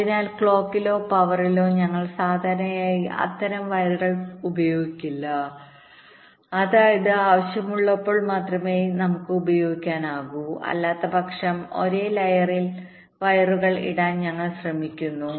അതിനാൽ ക്ലോക്കിലോ പവറിലോ ഞങ്ങൾ സാധാരണയായി അത്തരം വയറുകൾ ഉപയോഗിക്കില്ല അതായത് ആവശ്യമുള്ളപ്പോൾ മാത്രമേ നമുക്ക് ഉപയോഗിക്കാനാകൂ അല്ലാത്തപക്ഷം ഒരേ ലയർ ൽ വയറുകൾ ഇടാൻ ഞങ്ങൾ ശ്രമിക്കുന്നു